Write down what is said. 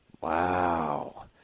Wow